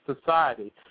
society